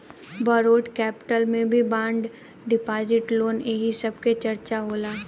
borrowed capital के में bond deposit loan एही सब के चर्चा होला